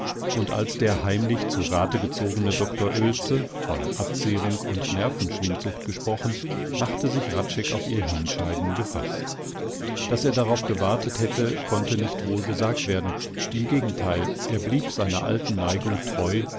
und als der heimlich zu rathe gezogene doktor oelze von abzehrung und nervenschwindsucht gesprochen machte sich hradscheck auf ihr hinscheiden gefaßt daß er darauf gewartet hätte konnte nicht wohl gesagt werden im gegentheil er blieb seiner alten neigung treu